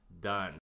Done